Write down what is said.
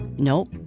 Nope